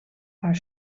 haar